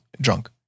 drunk